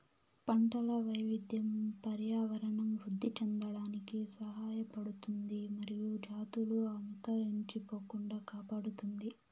పంటల వైవిధ్యం పర్యావరణం వృద్ధి చెందడానికి సహాయపడుతుంది మరియు జాతులు అంతరించిపోకుండా కాపాడుతుంది